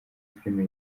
filimi